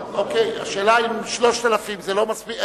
השאלה, האם 3,000 זה לא מספיק?